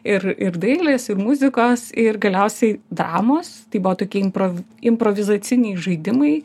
ir ir dailės ir muzikos ir galiausiai dramos tai buvo tokia impro improvizaciniai žaidimai